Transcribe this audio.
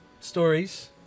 stories